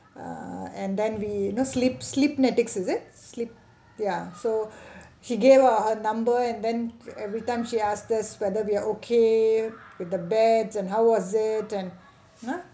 uh and then we know sleep sleepnetics is it sleep ya so she gave her number and then every time she asked us whether we are okay with the beds and how was it it and you know